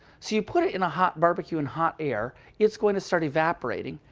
so you put it in a hot barbecue and hot air, it's going to start evaporating.